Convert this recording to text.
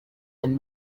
and